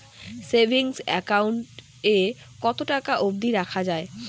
Savings account এ কতো টাকা অব্দি রাখা যায়?